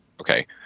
Okay